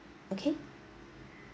okay